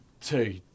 two